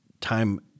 time